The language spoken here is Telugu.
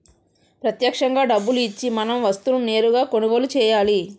ప్రత్యక్షంగా డబ్బులు ఇచ్చి మనం వస్తువులను నేరుగా కొనుగోలు చేయాలి